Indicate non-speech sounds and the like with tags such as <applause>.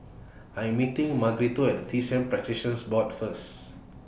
I'm meeting Margarito At T C M Practitioners Board First <noise>